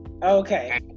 Okay